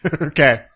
Okay